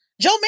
Joe